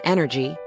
Energy